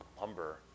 lumber